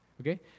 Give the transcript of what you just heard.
okay